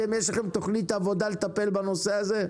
אתם יש לכם תוכנית עבודה לטפל בנושא הזה?